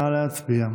נא להצביע.